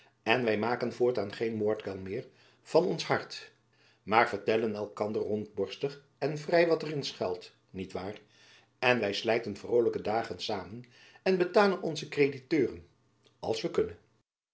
en wy maken voortaan geen moordkuil meer van ons hart maar vertellen elkander rondborstig en vrij wat er in schuilt niet waar en wy slijten vrolijke jacob van lennep elizabeth musch dagen samen en betalen onze krediteuren als wy kunnen